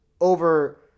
over